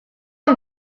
amb